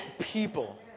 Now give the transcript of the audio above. people